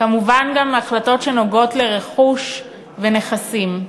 כמובן גם החלטות שנוגעות לרכוש ונכסים.